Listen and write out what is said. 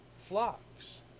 flocks